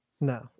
No